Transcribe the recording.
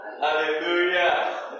Hallelujah